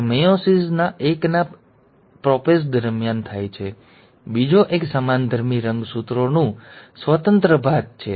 અને તેથી બે વસ્તુઓ છે જે ભિન્નતા તરફ દોરી જાય છે એક મેં જણાવ્યું તેમ ક્રોસ ઓવર છે અને આ ક્રોસ ઓવર મેયોસિસ એકના એક પ્રોપેઝ દરમિયાન થાય છે અને બીજો એક સમાનધર્મી રંગસૂત્રોનું સ્વતંત્ર ભાત છે